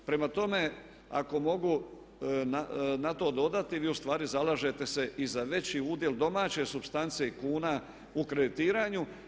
Prema tome ako mogu na to dodati, vi ustvari zalažete se i za veći udjel domaće supstance i kuna u kreditiranju.